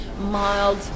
mild